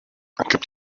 gibt